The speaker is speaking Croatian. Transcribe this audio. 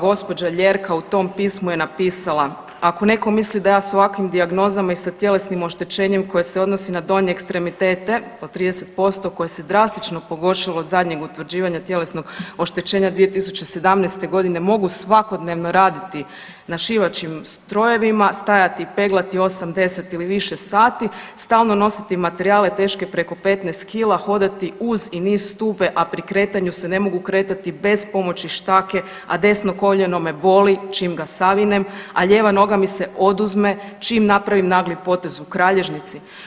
Gđa. Ljerka u tom pismu je napisala, ako netko misli da ja s ovakvim dijagnozama i sa tjelesnim oštećenjem koje se odnosi na donje ekstremitete od 30% koje se drastično pogoršalo od zadnjeg utvrđivanja tjelesnog oštećenja 2017. g., mogu svakodnevno raditi na šivaćim strojevima, stajati i peglati 8, 10 ili više sati, stalno nositi materijale teške preko 15 kila, hodati uz i niz stube, a pri kretanju se ne mogu kretati bez pomoći štake, a desno koljeno me boli čim ga savinem, a lijeva mi se oduzme čim napravim nagli potez u kralježnici.